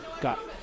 got